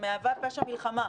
שמהווה פשע מלחמה.